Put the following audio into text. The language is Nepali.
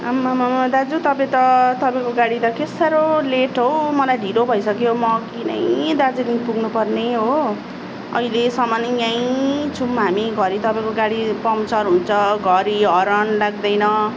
आम्मामामा दाजु तपाईँ त तपाईँको गाडी त के साह्रो लेट हौ मलाई ढिलो भइसक्यो म अघि नै दार्जिलिङ पुग्नु पर्ने हो अहिलेसम्म यहीँ छौँ हामी घरि तपाईँको गाडी पङ्चर हुन्छ घरि हर्न लाग्दैन